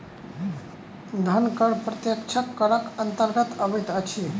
धन कर प्रत्यक्ष करक अन्तर्गत अबैत अछि